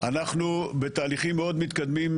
אנחנו בתהליכים מאוד מתקדמים,